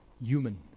human